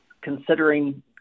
considering